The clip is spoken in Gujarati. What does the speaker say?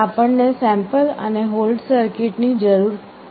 આપણને સેમ્પલ અને હોલ્ડ સર્કિટની કેમ જરૂર છે